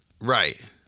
Right